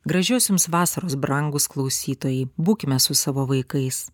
gražios jums vasaros brangūs klausytojai būkime su savo vaikais